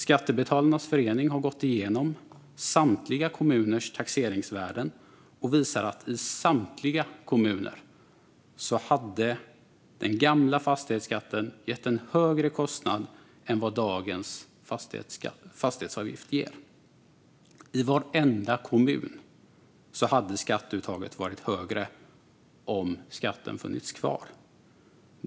Skattebetalarnas förening har gått igenom samtliga kommuners taxeringsvärden och visar att i samtliga kommuner hade den gamla fastighetsskatten gett en högre kostnad än vad dagens fastighetsavgift ger. I varenda kommun hade skatteuttaget varit högre om skatten hade funnits kvar.